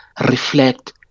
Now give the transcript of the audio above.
reflect